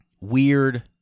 weird